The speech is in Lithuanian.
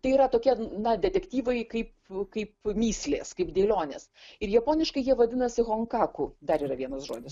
tai yra tokie na detektyvai kaip kaip mįslės kaip dėlionės ir japoniškai jie vadinasi honkaku dar yra vienas žodis